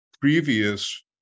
previous